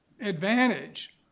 advantage